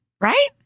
right